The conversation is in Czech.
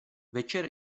večer